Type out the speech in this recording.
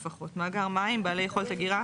לפחות מאגר מים בעלי יכולת אגירה